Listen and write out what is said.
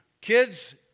Kids